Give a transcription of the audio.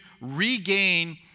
regain